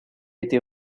été